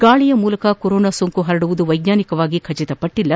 ಗಾಳಿಯ ಮೂಲಕ ಕೊರೊನಾ ಸೋಂಕು ಹರಡುವುದು ವೈಜ್ಞಾನಿಕವಾಗಿ ದೃಢಪಟ್ಟಲ್ಲ